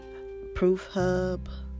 ProofHub